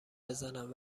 بزنم